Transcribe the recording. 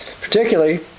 Particularly